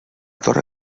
torre